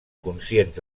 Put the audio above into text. conscients